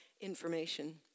information